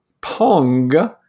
pong